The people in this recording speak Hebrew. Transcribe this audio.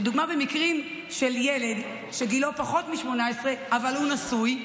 לדוגמה במקרים של ילד שגילו פחות מ-18 אבל הוא נשוי,